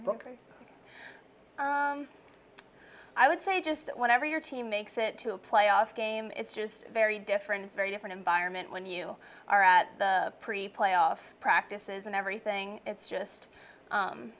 i would say just whenever your team makes it to a playoff game it's just a very different very different environment when you are at the pre playoff practices and everything it's just